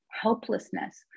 helplessness